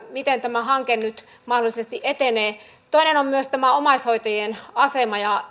miten tämä hanke nyt mahdollisesti etenee toinen on myös tämä omaishoitajien asema ja